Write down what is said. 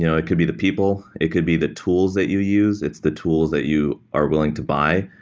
you know it could be the people. it could be the tools that you use. it's the tools that you are willing to buy.